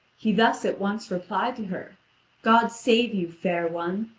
he thus at once replied to her god save you, fair one,